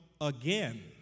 again